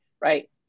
right